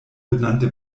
benannte